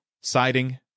siding